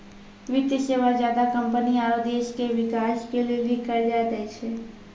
वित्तीय सेवा ज्यादा कम्पनी आरो देश के बिकास के लेली कर्जा दै छै